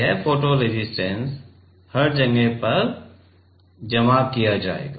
यह photo resistance हर जगह पर जमा किया जाएगा